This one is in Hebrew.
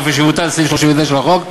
באופן שיבוטל סעיף 39 לחוק,